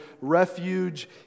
refuge